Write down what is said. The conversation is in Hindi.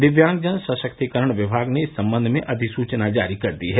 दिव्यांगजन सशक्तिकरण विभाग ने इस संबंध में अधिसूचना जारी कर दी है